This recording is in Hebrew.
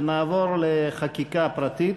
ונעבור לחקיקה פרטית.